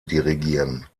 dirigieren